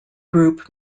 group